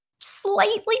slightly